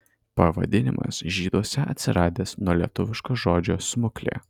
pavadinimas žyduose atsiradęs nuo lietuviško žodžio smuklė